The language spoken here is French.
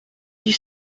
dix